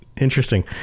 interesting